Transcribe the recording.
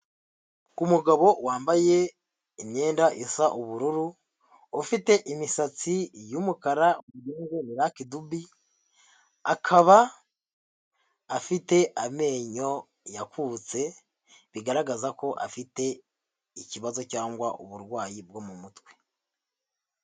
Umugabo wambaye imyenda isa ubururu, ufite imisatsi y'umukara wagira ngo ni Lucky Dube, akaba afite amenyo yakubutse, bigaragaza ko afite ikibazo cyangwa uburwayi bwo mu mutwe.